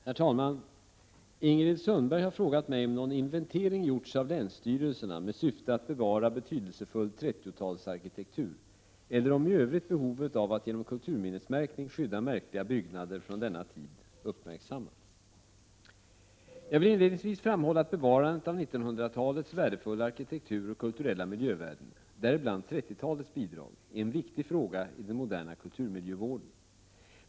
Herr talman! Ingrid Sundberg har frågat mig om någon inventering gjorts av länsstyrelserna med syfte att bevara betydelsefull 30-talsarkitektur eller om i övrigt behovet av att genom kulturminnesmärkning skydda märkliga byggnader från denna tid uppmärksammats. Jag vill inledningsvis framhålla att bevarande av 1900-talets värdefulla arkitektur och kulturella miljövärden — däribland 30-talets bidrag — är en viktig fråga i den moderna kulturmiljövården.